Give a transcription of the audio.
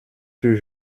sur